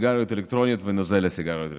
סיגריות אלקטרוניות ונוזל לסיגריות אלקטרוניות.